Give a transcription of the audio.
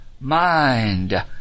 mind